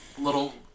little